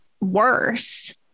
worse